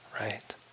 right